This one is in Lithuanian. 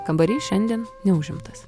kambarys šiandien neužimtas